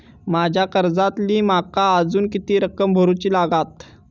माझ्या कर्जातली माका अजून किती रक्कम भरुची लागात?